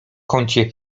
kącie